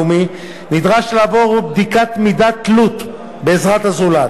נדרש לעבור בדיקת מידת תלות בעזרת הזולת.